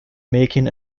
making